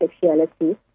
sexuality